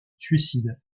suicide